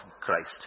Christ